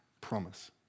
promise